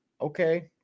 okay